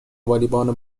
والیبال